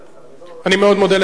אני מאוד מודה לשר הפנים.